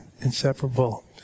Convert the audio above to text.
inseparable